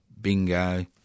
bingo